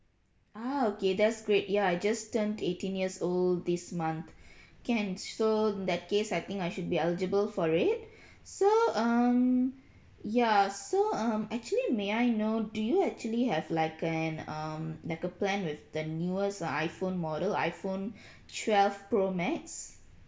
ah okay that's great ya I just turned eighteen years old this month can so in that case I think I should be eligible for it so um ya so um actually may I know do you actually have like an um like a plan with the newest uh iphone model iphone twelve pro max